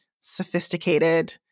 sophisticated